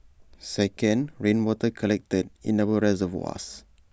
second rainwater collected in our reservoirs